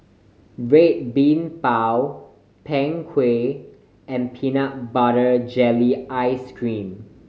Red Bean Bao Png Kueh and peanut butter jelly ice cream